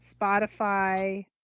spotify